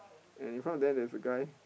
and in front of them there's a guy